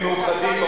הם מאוחדים,